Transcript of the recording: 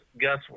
Gus